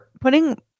putting